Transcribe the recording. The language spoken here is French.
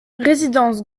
résidence